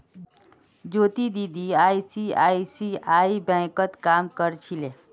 ज्योति दीदी आई.सी.आई.सी.आई बैंकत काम कर छिले